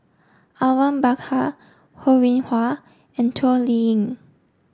Awang Bakar Ho Rih Hwa and Toh Liying